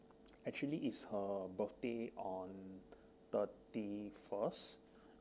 actually is her birthday on thirty first